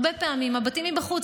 הרבה פעמים מבטים מבחוץ,